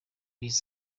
his